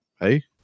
Hey